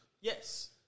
Yes